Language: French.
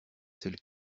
celle